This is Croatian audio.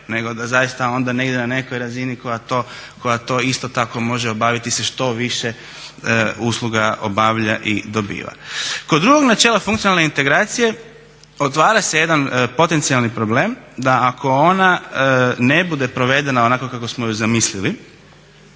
nego da zaista onda negdje na nekoj razini koja to isto tako može obaviti se što više usluga obavlja i dobiva. Kod drugog načela funkcionalne integracije otvara se jedan potencijalni problem, da ako ona ne bude provedena onako kako smo je zamislili,